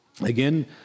Again